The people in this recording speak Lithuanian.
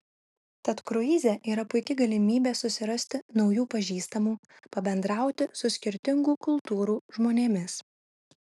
tad kruize yra puiki galimybė susirasti naujų pažįstamų pabendrauti su skirtingų kultūrų žmonėmis